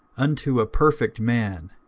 unto a perfect man,